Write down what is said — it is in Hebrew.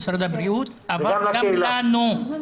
למשרד הבריאות אבל גם לנו.